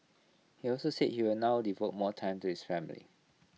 he also said he will now devote more time to his family